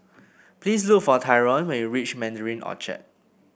please look for Tyron when you reach Mandarin Orchard